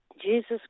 Jesus